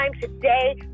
today